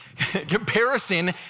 comparison